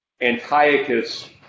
Antiochus